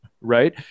right